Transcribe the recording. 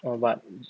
orh but